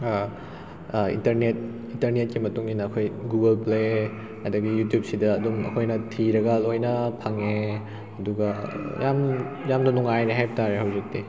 internet ꯏꯟꯇꯔꯅꯦꯠꯀꯤ ꯃꯇꯨꯡ ꯏꯟꯅ ꯑꯩꯈꯣꯏ ꯒꯨꯒꯜ ꯄ꯭ꯂꯦ ꯑꯗꯒꯤ ꯌꯨꯇ꯭ꯌꯨꯕꯁꯤꯗ ꯑꯗꯨꯝ ꯑꯩꯈꯣꯏꯅ ꯊꯤꯔꯒ ꯂꯣꯏꯅ ꯐꯪꯉꯦ ꯑꯗꯨꯒ ꯌꯥꯝ ꯌꯥꯝꯅ ꯅꯨꯡꯉꯥꯏꯔꯦ ꯍꯥꯏꯕ ꯇꯥꯔꯦ ꯍꯧꯖꯤꯛꯇꯤ